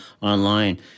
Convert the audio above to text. online